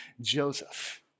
Joseph